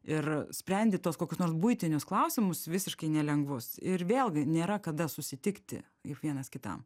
ir sprendi tuos kokius nors buitinius klausimus visiškai nelengvus ir vėlgi nėra kada susitikti vienas kitam